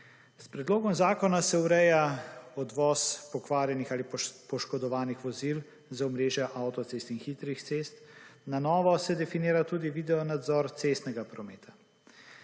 S predlogom zakona se ureja odvoz pokvarjenih ali poškodovanih vozil z omrežja avtocest in hitrih cest, na novo se definira tudi videonadzor cestnega prometa.